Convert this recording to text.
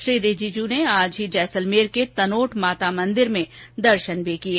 श्री रिजिजू ने आज ही जैसलमेर के तनोट माता मंदिर में दर्शन भी किये